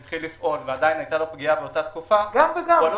התחיל לפעול ועדיין היתה לו פגיעה באותה תקופה --- גם וגם.